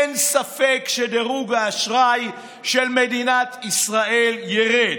אין ספק שדירוג האשראי של מדינת ישראל ירד.